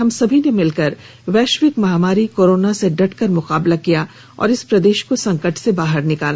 हम सबने मिलकर वैश्विक महामारी कोरोना से डटकर मुकाबला किया और इस प्रदेश को संकट से बाहर निकाला